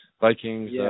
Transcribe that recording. Vikings